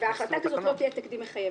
והחלטה כזו לא תהיה תקדים מחייב".